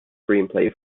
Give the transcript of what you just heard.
screenplay